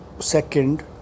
second